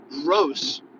gross